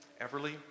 Everly